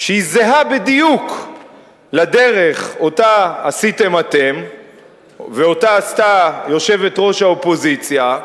שהיא זהה בדיוק לדרך אותה עשיתם אתם ואותה עשתה יושבת-ראש האופוזיציה,